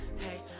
hey